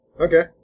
Okay